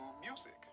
music